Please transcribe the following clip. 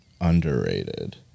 underrated